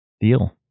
deal